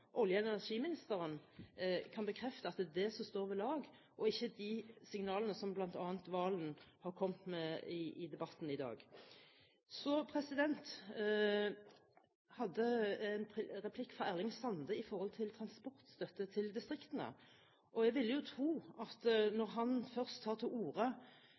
olje- og energiministeren kan bekrefte at det er det som står ved lag, og ikke de signalene som bl.a. Serigstad Valen har kommet med i debatten i dag. Så til en replikk fra Erling Sande om transportstøtte til distriktene. Jeg ville jo tro at han når han først tar til orde